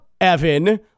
Evan